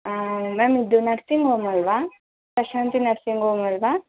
ma'am ಇದು nursing home ಅಲ್ಲವಾ Prashanti nursing home ಅಲ್ಲವಾ